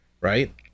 right